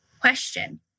question